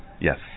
Yes